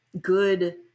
good